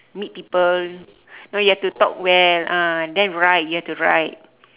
meet people no you have to talk well ah then write you have to write